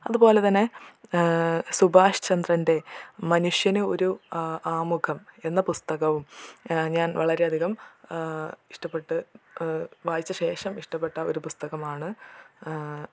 അതുപോലെ തന്നെ സുഭാഷ് ചന്ദ്രൻ്റെ മനുഷ്യന് ഒരു ആമുഖം എന്ന പുസ്തകവും ഞാൻ വളരെ അധികം ഇഷ്ടപ്പെട്ട് വായിച്ച ശേഷം ഇഷ്ടപ്പെട്ട ഒരു പുസ്തകമാണ്